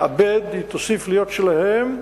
היא תוסיף להיות שלהם,